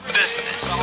business